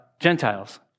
Gentiles